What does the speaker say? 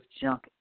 junk